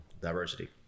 diversity